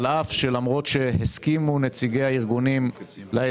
על אף שנציגי הארגונים הסכימו בהתחלה